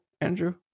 Andrew